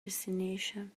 destination